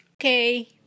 okay